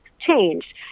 changed